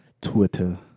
Twitter